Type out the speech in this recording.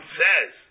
says